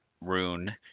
rune